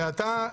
ואתה,